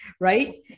right